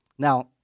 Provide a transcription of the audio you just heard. Now